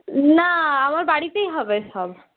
না আমার বাড়িতেই হবে সব